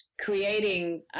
creating